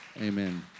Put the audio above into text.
Amen